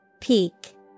Peak